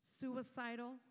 suicidal